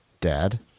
Dad